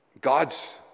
God's